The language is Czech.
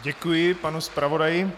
Děkuji panu zpravodaji.